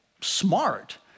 smart